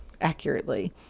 accurately